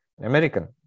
American